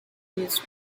his